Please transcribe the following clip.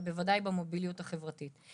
אבל בוודאי במוביליות החברתית.